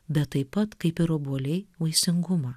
bet taip pat kaip ir obuoliai vaisingumą